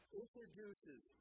introduces